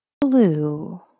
Blue